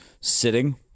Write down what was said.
sitting